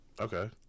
Okay